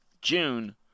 June